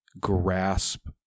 grasp